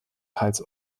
hals